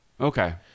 Okay